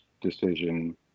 decision